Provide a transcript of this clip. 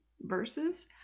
verses